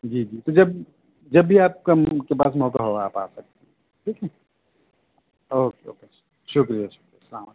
جی جی تو جب جب بھی آپ کے پاس موقع ہو آپ آ سکتے ہیں ٹھیک ہے اوکے اوکے شکریہ شکریہ السلام علیکم